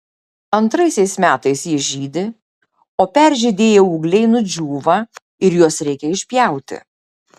antraisiais metais jie žydi o peržydėję ūgliai nudžiūva ir juos reikia išpjauti